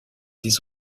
des